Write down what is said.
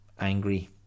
angry